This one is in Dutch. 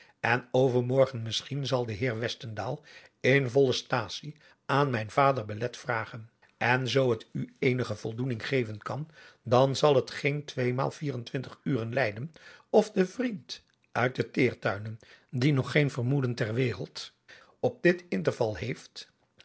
en overmorgen misschien zal de heer westendaal in volle staatsie aan mijn vader belet vragen en zoo het u eenige voldoening geven kan dan zal het geen tweemaal vier en twing uren lijden of de vriend uit de teertuinen die nog geen vermoeden ter wereld op dit interval heeft